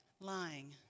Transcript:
lying